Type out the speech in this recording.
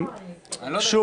שוב,